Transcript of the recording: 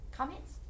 Comments